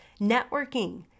networking